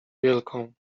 wielką